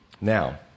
Now